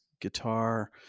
guitar